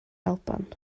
alban